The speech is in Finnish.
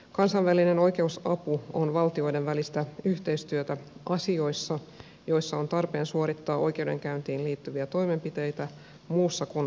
kansainvälinen oikeusapu on valtioiden välistä yhteistyötä asioissa joissa on tarpeen suorittaa oikeudenkäyntiin liittyviä toimenpiteitä muussa kuin oikeudenkäyntivaltiossa